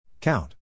Count